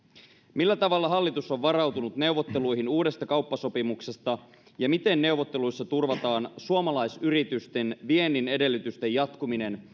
millä tavalla hallitus on varautunut neuvotteluihin uudesta kauppasopimuksesta ja miten neuvotteluissa turvataan suomalaisyritysten viennin edellytysten jatkuminen